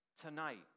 tonight